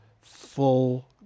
full